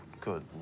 good